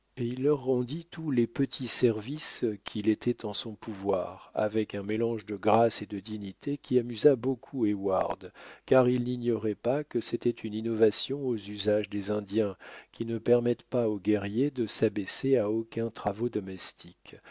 et il leur rendit tous les petits services qu'il était en son pouvoir avec un mélange de grâce et de dignité qui amusa beaucoup heyward car il n'ignorait pas que c'était une innovation aux usages des indiens qui ne permettent pas aux guerriers de s'abaisser à aucuns travaux domestiques